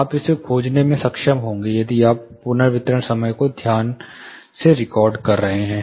आप इसे खोजने में सक्षम होंगे यदि आप पुनर्वितरण समय को ध्यान से रिकॉर्ड कर रहे हैं